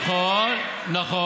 נכון.